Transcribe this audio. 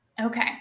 okay